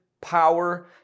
power